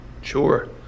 Sure